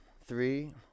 three